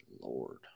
Lord